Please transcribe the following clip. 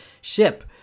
ship